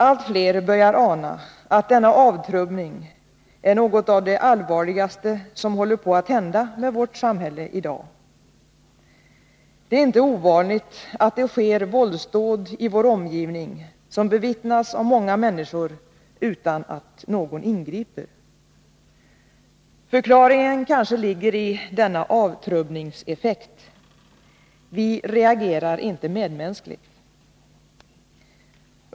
Allt fler börjar ana att denna avtrubbning är något av det allvarligaste som håller på att hända med vårt samhälle i dag. Det är inte ovanligt att det sker våldsdåd i vår omgivning som bevittnas av många människor utan att några ingriper. Förklaringen kanske ligger i denna avtrubbningseffekt. Vi reagerar inte medmänskligt.